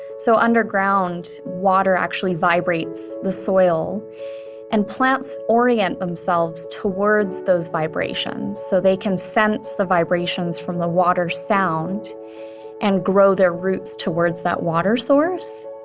so, underground water actually vibrates the soil and plants orient themselves towards those vibrations. so they can sense the vibrations from the water sound and grow their roots towards that water source.